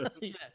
Yes